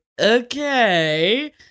Okay